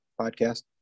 podcast